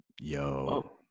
yo